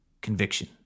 conviction